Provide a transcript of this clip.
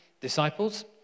disciples